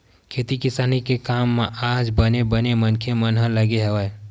खेती किसानी के काम म आज बने बने मनखे मन ह लगे हवय